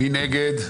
מי נגד?